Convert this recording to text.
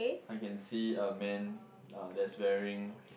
I can see a man uh that's wearing